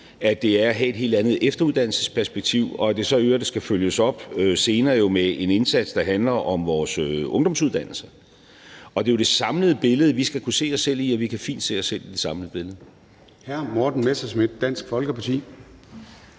handler om at have et helt andet efteruddannelsesperspektiv; og at det jo så i øvrigt skal følges op senere med en indsats, der handler om vores ungdomsuddannelse. Det er jo det samlede billede, vi skal kunne se os selv i, og vi kan fint se os selv i det samlede billede. Kl. 14:21 Formanden (Søren Gade): Hr. Morten Messerschmidt, Dansk Folkeparti.